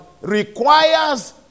requires